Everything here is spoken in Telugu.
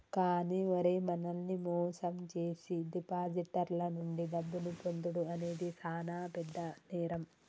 కానీ ఓరై మనల్ని మోసం జేసీ డిపాజిటర్ల నుండి డబ్బును పొందుడు అనేది సాన పెద్ద నేరం